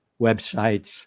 websites